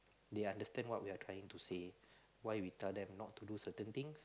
they understand what we are trying to say why we tell them not to do certain things